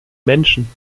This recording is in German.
menschen